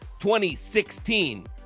2016